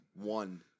One